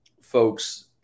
folks